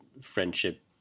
friendship